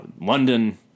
London